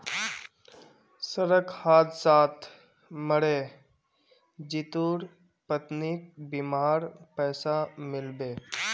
सड़क हादसात मरे जितुर पत्नीक बीमार पैसा मिल बे